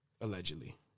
Allegedly